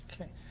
Okay